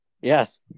Yes